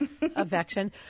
affection